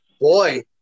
boy